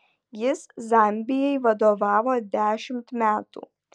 jis zambijai vadovavo dešimt metų